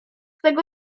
tego